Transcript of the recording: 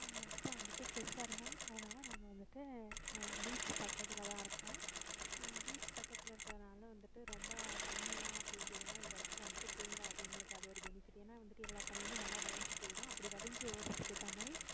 அப்பா வந்துட்டு ஃபிஷ்ஷர்மேன் அதனால் நாங்கள் வந்துட்டு பீச் பக்கத்தில் தான் இருக்கோம் பீச் பக்கத்தில் இருக்கிறதுனால வந்துவிட்டு ரொம்ப தண்ணிர்லாம் பேய்ஞ்சிதுனா எங்கள் இடத்துல வந்துவிட்டு தேங்காது எங்களுக்கு அது ஒரு பெனிஃபிட்டு ஏன்னா வந்துவிட்டு எல்லா தண்ணியும் நல்லா வழிஞ்சு போய்ரும் அப்படி வழிஞ்சு ஓடுறதுக்கு ஏற்ற மாதிரி